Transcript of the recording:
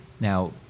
Now